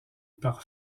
par